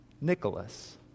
Nicholas